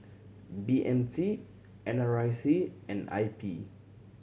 B M T N R I C and I P